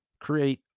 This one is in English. create